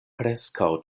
preskaŭ